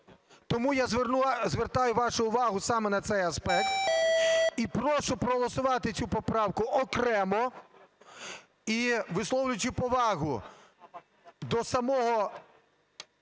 Тому я звертаю вашу увагу саме на цей аспект і прошу проголосувати цю поправку окремо. І висловлюючи повагу до самої